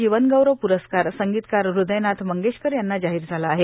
जीवनगौरव प्रस्कार संगीतकार हृदयनाथ मंगेशकर यांना जाहीर झाला आहे